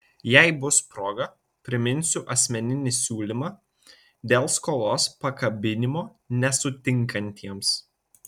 jei bus proga priminsiu asmeninį siūlymą dėl skolos pakabinimo nesutinkantiems